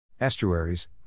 Estuaries